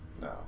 no